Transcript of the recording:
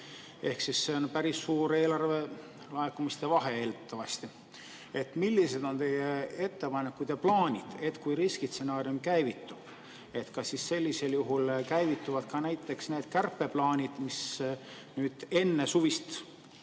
kasvust. See on päris suur eelarvelaekumiste vahe eeldatavasti. Millised on teie ettepanekud ja plaanid, kui riskistsenaarium käivitub? Kas sellisel juhul käivituvad ka näiteks need kärpeplaanid, mis enne suvist